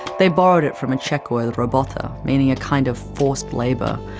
they borrowed it from a czech word robota meaning a kind of forced labor,